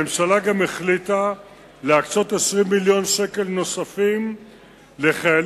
הממשלה גם החליטה להקצות 20 מיליון שקלים נוספים לחיילים